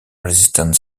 resistant